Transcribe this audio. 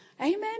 Amen